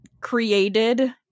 created